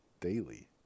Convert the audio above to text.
daily